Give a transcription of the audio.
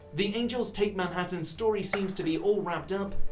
the angels take manhattan story seems to be all wrapped up,